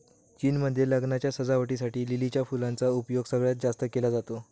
चीन मध्ये लग्नाच्या सजावटी साठी लिलीच्या फुलांचा उपयोग सगळ्यात जास्त केला जातो